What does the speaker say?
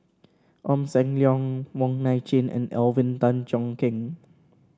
Ong Sam Leong Wong Nai Chin and Alvin Tan Cheong Kheng